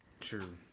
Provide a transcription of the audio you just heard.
True